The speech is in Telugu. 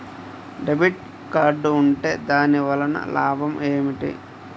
డెబిట్ కార్డ్ ఉంటే దాని వలన లాభం ఏమిటీ?